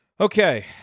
okay